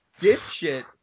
dipshit